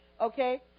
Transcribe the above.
okay